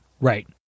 Right